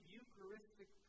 Eucharistic